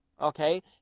okay